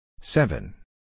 seven